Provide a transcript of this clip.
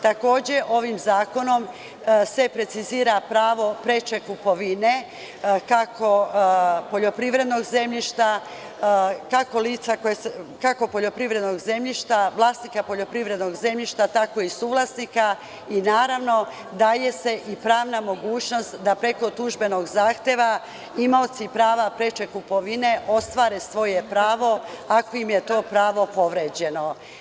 Takođe, ovim zakonom se precizira pravo preče kupovine, kako poljoprivrednog zemljišta, vlasnika poljoprivrednog zemljišta, tako i suvlasnika i naravno daje se i pravna mogućnost da preko tužbenog zahteva imaoci prava preče kupovine ostvare svoje pravo ako im je to pravo povređeno.